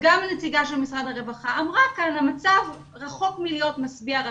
גם הנציגה של משרד הרווחה אמרה כאן שהמצב רחוק מלהיות משביע רצון.